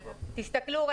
תסתכלו.